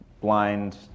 blind